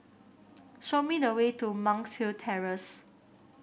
show me the way to Monk's Hill Terrace